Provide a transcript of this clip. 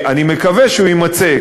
אני מקווה שהוא יימצא,